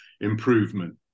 improvement